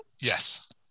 Yes